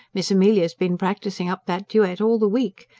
miss amelia's been practising up that duet all the week.